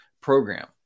program